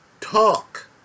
talk